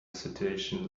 situation